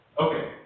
Okay